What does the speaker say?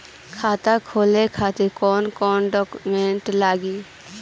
खाता खोले खातिर कौन कौन डॉक्यूमेंट लागेला?